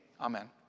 amen